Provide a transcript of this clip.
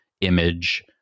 image